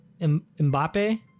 Mbappe